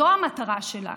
זו המטרה שלה.